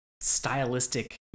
stylistic